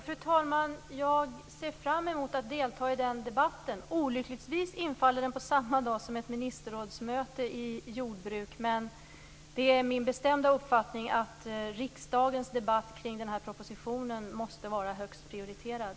Fru talman! Jag ser fram emot att delta i den debatten. Olyckligtvis infaller den på samma dag som ett ministerrådsmöte på jordbruksområdet. Men det är min bestämda uppfattning att riksdagens debatt kring den här propositionen måste vara högst prioriterad.